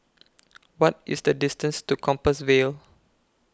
What IS The distance to Compassvale